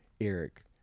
Eric